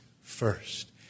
first